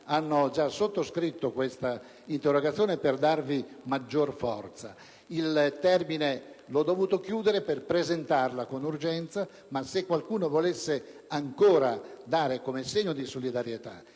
hanno già sottoscritto questa interrogazione per darvi maggior forza. Il termine l'ho dovuto chiudere per presentarla con urgenza, ma se qualcuno volesse ancora dare come segno di solidarietà